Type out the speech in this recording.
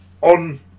on